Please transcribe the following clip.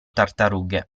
tartarughe